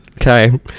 okay